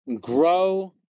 grow